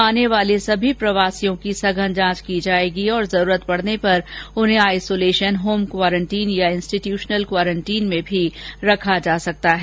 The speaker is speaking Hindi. आने वाले सभी प्रवासियों की सघन जांचें की जाएंगी और जरूरत पड़ने पर उन्हें आइसोलेशन होम क्वारेंटीन या इंस्टीट्यूशनल क्वारेंटीन में भी रखा जा सकता है